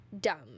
dumb